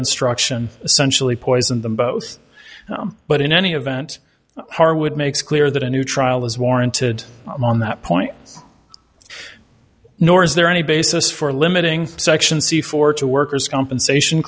instruction essentially poisoned them both but in any event harwood makes clear that a new trial is warranted on that point nor is there any basis for limiting section c four to workers compensation